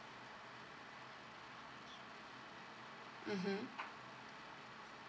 mmhmm